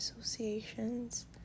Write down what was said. associations